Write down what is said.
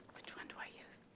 one do i use?